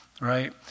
right